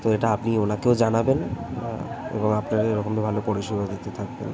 তো এটা আপনি ওনাকেও জানাবেন এবং আপনাদের এরকম ভালো পরিষেবা দিতে থাকবেন